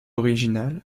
original